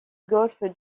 golfe